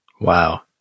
Wow